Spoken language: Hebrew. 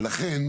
ולכן,